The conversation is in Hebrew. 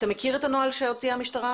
אתה מכיר את הנוהל המבצעי שהוציאה המשטרה?